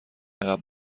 عقب